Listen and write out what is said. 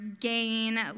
gain